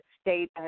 state